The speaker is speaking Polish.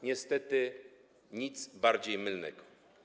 Niestety nic bardziej mylnego.